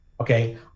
okay